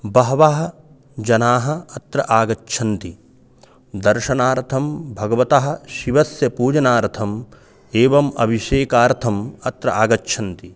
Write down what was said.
बहवः जनाः अत्र आगच्छन्ति दर्शनार्थं भगवतः शिवस्य पूजनार्थम् एवम् अभिषेकार्थम् अत्र आगच्छन्ति